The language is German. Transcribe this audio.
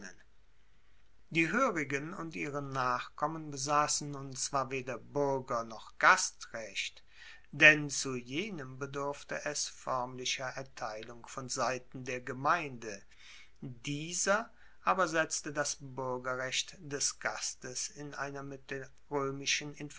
die hoerigen und ihre nachkommen besassen nun zwar weder buerger noch gastrecht denn zu jenem bedurfte es foermlicher erteilung von seiten der gemeinde dieser aber setzte das buergerrecht des gastes in einer mit der